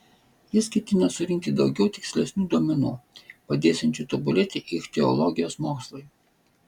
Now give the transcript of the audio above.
jis ketina surinkti daugiau tikslesnių duomenų padėsiančių tobulėti ichtiologijos mokslui